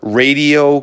radio